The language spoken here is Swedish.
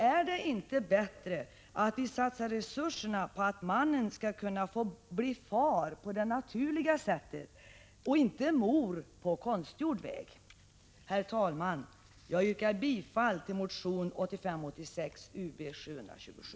Är det inte bättre att vi satsar resurserna på att mannen skall kunna bli far på det naturliga sättet och inte mor på konstgjord väg? Herr talman! Jag yrkar bifall till motion Ub727.